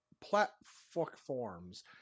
platforms